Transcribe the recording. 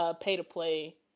pay-to-play